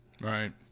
Right